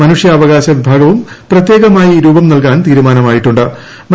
മനുഷ്യാവകാശ വിഭാഗവും പ്രത്യേകമായി രൂപം ് നൂൽകാൻ തീരുമാനമായിട്ടു്